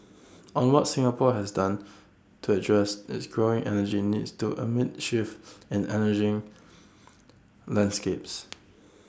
on what Singapore has done to address its growing energy needs to amid shifts in energy landscapes